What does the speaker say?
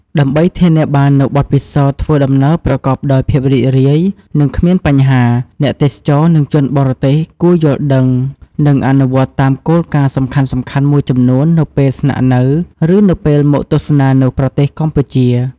ដើម្បីធានាបាននូវបទពិសោធន៍ធ្វើដំណើរប្រកបដោយភាពរីករាយ និងគ្មានបញ្ហា អ្នកទេសចរ និងជនបរទេសគួរយល់ដឹង និងអនុវត្តតាមគោលការណ៍សំខាន់ៗមួយចំនួននៅពេលស្នាក់នៅ ឬនៅពេលមកទស្សនានៅប្រទេសកម្ពុជា។